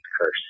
Curse